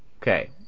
Okay